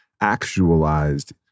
actualized